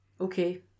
Okay